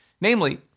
namely